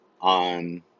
on